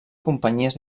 companyies